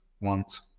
want